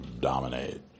dominate